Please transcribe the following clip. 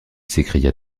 s’écria